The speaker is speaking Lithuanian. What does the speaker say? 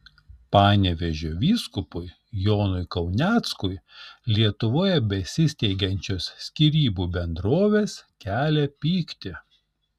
panevėžio vyskupui jonui kauneckui lietuvoje besisteigiančios skyrybų bendrovės kelia pyktį